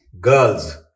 girls